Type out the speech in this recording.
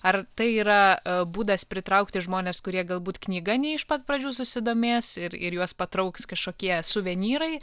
ar tai yra būdas pritraukti žmones kurie galbūt knyga nei iš pat pradžių susidomės ir ir juos patrauks kažkokie suvenyrai